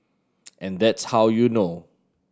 and that's how you know